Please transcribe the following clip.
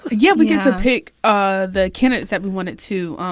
ah yeah, we get to pick ah the candidates that we wanted to um